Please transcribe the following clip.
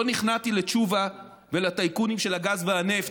לא נכנעתי לתשובה ולטייקונים של הגז והנפט,